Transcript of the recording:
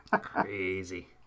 crazy